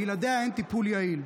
בלעדיה, אין טיפול יעיל.